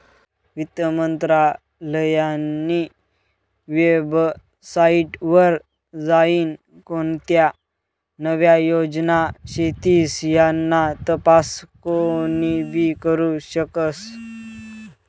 वित्त मंत्रालयनी वेबसाईट वर जाईन कोणत्या नव्या योजना शेतीस याना तपास कोनीबी करु शकस